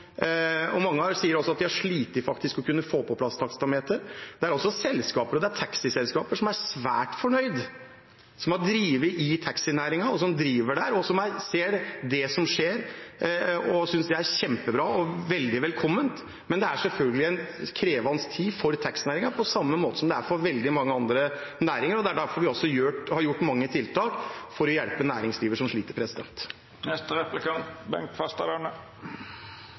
Mange sier også at de faktisk har slitt med å kunne få på plass taksameter. Det er også selskaper som har drevet og driver i taxinæringen, som er svært fornøyde med det som skjer, og synes det er kjempebra og veldig velkomment. Men det er selvfølgelig en krevende tid for taxinæringen, på samme måte som det er det for veldig mange andre næringer, og det er også derfor vi har gjort mange tiltak for å hjelpe dem i næringslivet som sliter.